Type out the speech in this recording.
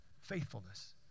Faithfulness